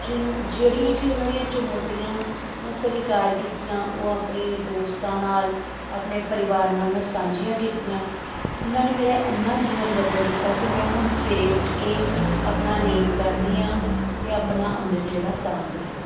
ਜਿਨ ਜਿਹੜੀਆਂ ਕਿ ਉਹਨਾਂ ਦੀਆਂ ਚੁਨੌਤੀਆਂ ਮੈਂ ਸਵੀਕਾਰ ਕੀਤੀਆਂ ਉਹ ਆਪਣੇ ਦੋਸਤਾਂ ਨਾਲ ਆਪਣੇ ਪਰਿਵਾਰ ਨਾਲ ਮੈਂ ਸਾਂਝੀਆਂ ਕੀਤੀਆਂ ਉਹਨਾਂ ਨੇ ਮੇਰਾ ਇੰਨਾ ਜੀਵਨ ਬਦਲ ਦਿੱਤਾ ਕਿ ਮੈਂ ਹੁਣ ਸਵੇਰੇ ਉੱਠ ਕੇ ਆਪਣਾ ਨੇਮ ਕਰਦੀ ਹਾਂ ਅਤੇ ਆਪਣਾ ਅੰਮ੍ਰਿਤ ਵੇਲਾ ਸਾਂਭਦੀ ਹਾਂ